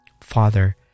Father